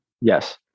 yes